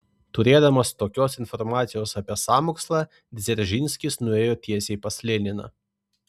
turėdamas tokios informacijos apie sąmokslą dzeržinskis nuėjo tiesiai pas leniną